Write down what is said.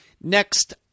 Next